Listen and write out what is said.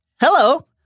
hello